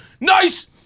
nice